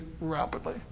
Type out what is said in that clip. rapidly